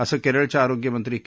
असं केरळच्या आरोग्यमंत्री के